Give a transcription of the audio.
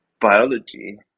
biology